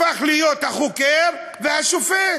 הפך להיות החוקר והשופט.